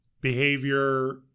behavior